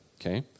okay